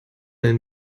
and